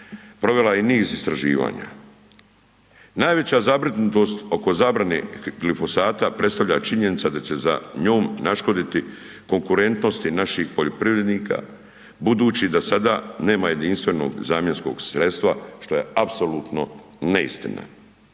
provela je niz istraživanja. Najveća zabrinutost oko zabrane glifosata predstavlja činjenica da će za njom naškoditi konkurentnosti naših poljoprivrednika budući da sada nema jedinstvenog zamjenskog sredstva, što je apsolutno neistina